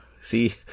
See